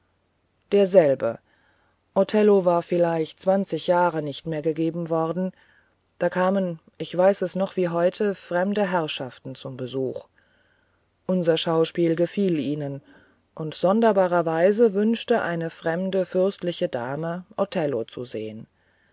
derselbe othello war vielleicht zwanzig jahre nicht mehr gegeben worden da kamen ich weiß es noch wie heute fremde herrschaften zum besuch unser schauspiel gefiel ihnen und sonderbarerweise wünschte eine der fremden fürstlichen damen othello zu sehen